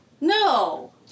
No